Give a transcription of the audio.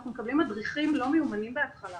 אנחנו מקבלים מדריכים לא מיומנים בהתחלה.